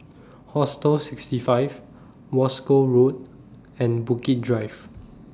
Hostel sixty five Wolskel Road and Bukit Drive